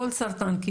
כל סרטן,